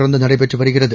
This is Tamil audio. தொடர்ந்து நடைபெற்று வருகிறது